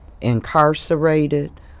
incarcerated